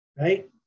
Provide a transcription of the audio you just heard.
right